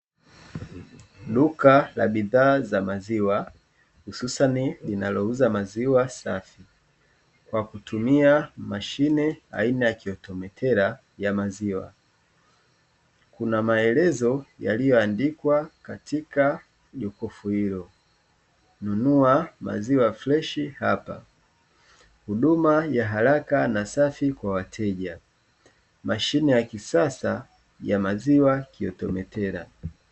Duka la bidhaa za maziwa hususani linalouza maziwa safi kwa kutumia mashine aina ya kiotometera ya maziwa kuna maelezo yaliyoandikwa katika jokofu hilo "nunua maziwa fresh hapa", huduma ya haraka na safi kwa wateja mashine ya kisasa ya maziwa kiotometera.